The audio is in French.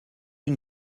une